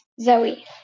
Zoe